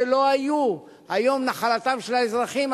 שלא היו היום נחלתם של האזרחים,